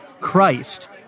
Christ